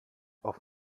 auf